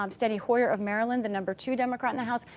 um steny hoyer of maryland, the number two democrat in the house,